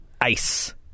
Ice